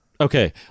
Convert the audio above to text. Okay